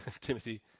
Timothy